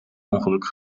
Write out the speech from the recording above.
ongeluk